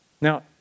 Now